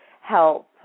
help